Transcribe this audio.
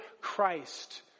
Christ